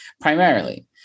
Primarily